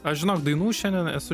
aš žinok dainų šiandien esu